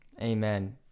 Amen